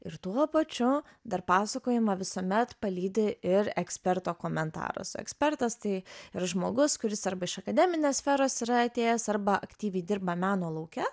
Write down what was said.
ir tuo pačiu dar pasakojimą visuomet palydi ir eksperto komentaras o ekspertas tai yra žmogus kuris arba iš akademinės sferos yra atėjęs arba aktyviai dirba meno lauke